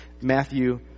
Matthew